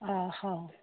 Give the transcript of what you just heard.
ହଁ ହଉ